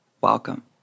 Welcome